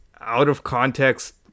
out-of-context-